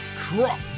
Crop